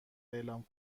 اعلام